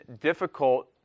difficult